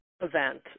event